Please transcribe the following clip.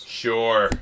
sure